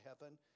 heaven